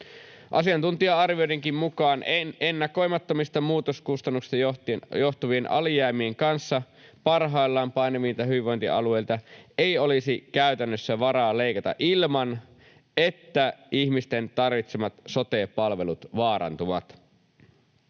Asiantuntija-arvioidenkin mukaan ennakoimattomista muutoskustannuksista johtuvien alijäämien kanssa parhaillaan painivilta hyvinvointialueilta ei olisi käytännössä varaa leikata ilman, että ihmisten tarvitsemat sote-palvelut vaarantuvat.